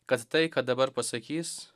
kad tai ką dabar pasakys